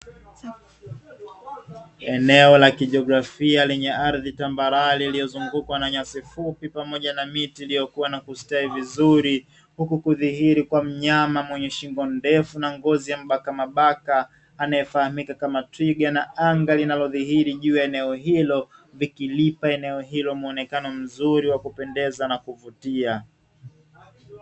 Eneo la kijiografia lenye ardhi tambarare iliyozungukwa na nyasi fupi pamoja na miti iliyokuwa na kustawi vizuri, huku kudhihiri kwa mnyama mwenye shimbo ndefu na ngozi ya mbaka mabaka anayefahamika kama twiga na anga linalodhihiri juu ya eneo hilo, vikilipa eneo hilo muonekano mzuri wa kupendeza na kuvutia.